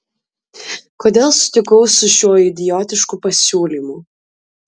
kodėl sutikau su šiuo idiotišku pasiūlymu